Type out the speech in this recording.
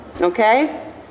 Okay